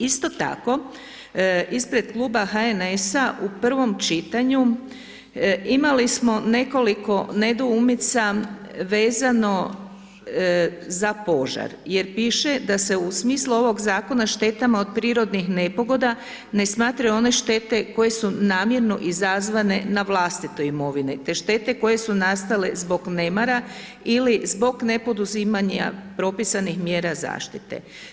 Isto tako, ispred kluba HNS-a, u prvom čitanju, imali smo nekoliko nedoumica vezano za požar jer piše da se u smislu ovog Zakona štetama od prirodnih nepogoda ne smatraju one štete koje su namjerno izazvane na vlastitoj imovini, te štete koje su nastale zbog nemara ili zbog nepoduzimanja propisanih mjera zaštite.